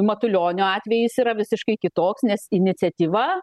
matulionio atvejis yra visiškai kitoks nes iniciatyva